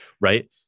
Right